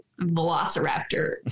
velociraptor